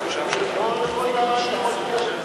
לא לכל נעליים הוא יכול להיכנס.